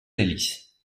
hélice